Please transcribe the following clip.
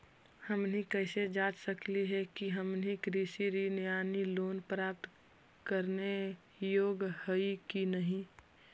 हमनी कैसे जांच सकली हे कि हमनी कृषि ऋण यानी लोन प्राप्त करने के योग्य हई कि नहीं?